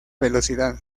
velocidad